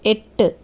എട്ട്